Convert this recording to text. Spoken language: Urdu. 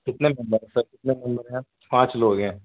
کتنے ممبر ہیں سر کتنے ممبر ہیں آپ پانچ لوگ ہیں